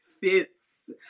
fits